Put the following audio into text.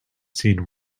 seen